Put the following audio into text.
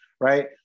right